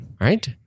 right